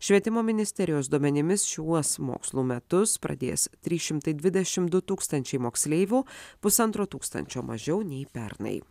švietimo ministerijos duomenimis šiuos mokslų metus pradės trys šimtai dvidešim du tūkstančiai moksleivių pusantro tūkstančio mažiau nei pernai